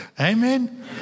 Amen